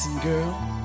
Girl